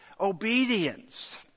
obedience